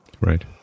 right